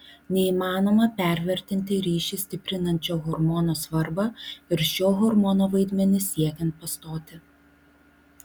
neįmanoma pervertinti ryšį stiprinančio hormono svarbą ir šio hormono vaidmenį siekiant pastoti